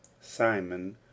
Simon